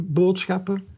boodschappen